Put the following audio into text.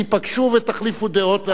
תיפגשו ותחליפו דעות.